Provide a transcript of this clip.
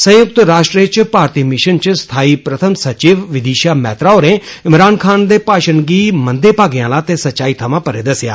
संयुक्त राश्ट्र च भारती मिषन च स्थाई प्रथम सचिव बिदिशा मैत्रा होरें इमरान खान दे ब्यान गी मंदें भागें आला ते सच्चाई थमां परे दस्सेआ